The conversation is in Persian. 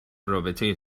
رابطه